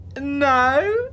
No